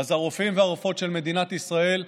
הרופאים והרופאות של מדינת ישראל,